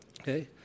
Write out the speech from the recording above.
Okay